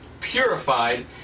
purified